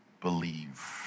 believe